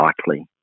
likely